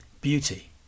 Beauty